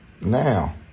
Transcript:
Now